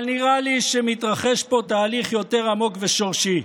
אבל נראה לי שמתרחש פה תהליך יותר עמוק ושורשי.